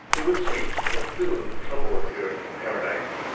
it was sweet, but soon trouble appeared in paradise.